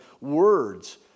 words